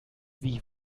wie